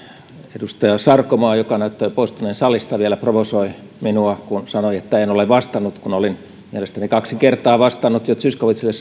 edustaja sarkomaa joka näyttää jo poistuneen salista vielä provosoi minua kun sanoi että en ole vastannut kun olin mielestäni jo kaksi kertaa vastannut zyskowiczille